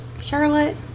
Charlotte